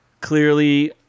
Clearly